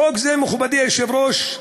חוק זה, מכובדי היושב-ראש,